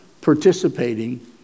participating